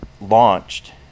launched